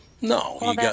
No